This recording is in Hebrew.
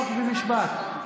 חוק ומשפט.